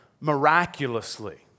miraculously